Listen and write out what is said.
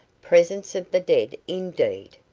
presence of the dead, indeed!